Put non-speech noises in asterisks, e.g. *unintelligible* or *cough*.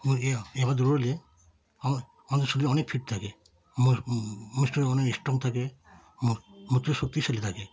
এবং এভাবে এভাবে দৌড়োলে আমা আমাদের শরীর অনেক ফিট থাকে *unintelligible* অনেক স্ট্রং থাকে *unintelligible* শক্তিশালী থাকে